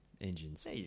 engines